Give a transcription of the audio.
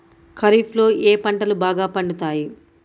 ఖరీఫ్లో ఏ పంటలు బాగా పండుతాయి?